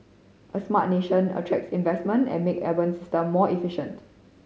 a smart nation attracts investment and make urban system more efficient